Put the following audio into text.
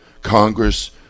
Congress